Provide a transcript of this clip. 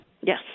Yes